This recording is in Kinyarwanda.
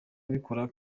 abikora